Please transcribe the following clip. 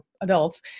adults